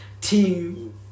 Team